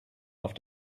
auf